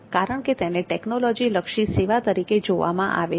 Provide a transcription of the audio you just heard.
કારણ કે તેને ટેકનોલોજી લક્ષી સેવા તરીકે જોવામાં આવે છે